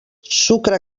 sucre